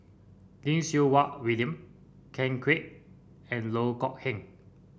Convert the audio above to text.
Lim Siew Wai William Ken Kwek and Loh Kok Heng